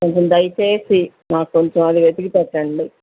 కొంచెం దయచేసి నాకు కొంచెం అది వెతికి పెట్టండి